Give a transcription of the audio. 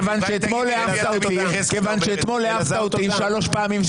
כיוון שאתמול העפת אותי שלוש פעמים.